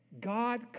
God